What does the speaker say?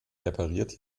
repariert